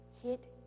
hit